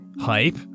Hype